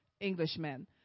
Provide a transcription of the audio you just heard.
englishmen